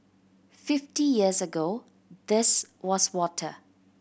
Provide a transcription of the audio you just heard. fifty years ago this was water